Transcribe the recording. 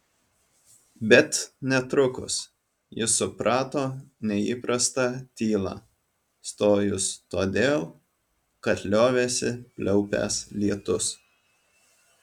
bet netrukus ji suprato neįprastą tylą stojus todėl kad liovėsi pliaupęs lietus